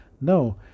No